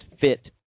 fit